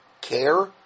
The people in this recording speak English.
care